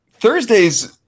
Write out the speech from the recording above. Thursdays